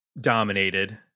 dominated